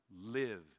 live